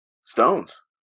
Stones